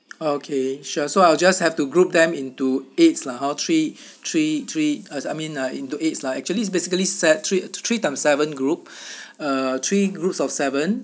okay sure so I'll just have to group them into eight lah hor three three three as I mean ah into eight lah actually basically set thre~ three times seven group uh three groups of seven